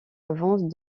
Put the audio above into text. avance